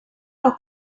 los